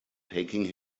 taking